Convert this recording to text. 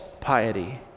piety